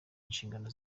inshingano